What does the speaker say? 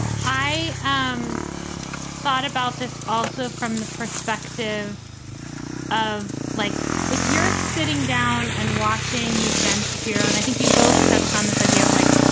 i um thought about this also from the perspective of like if you're sitting down and watching ben shapiro and i think you both touched on this idea of like,